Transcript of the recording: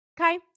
okay